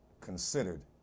considered